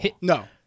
No